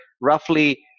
roughly